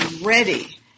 ready